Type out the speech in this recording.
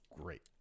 great